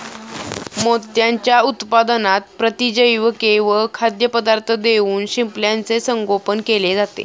मोत्यांच्या उत्पादनात प्रतिजैविके व खाद्यपदार्थ देऊन शिंपल्याचे संगोपन केले जाते